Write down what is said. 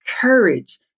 courage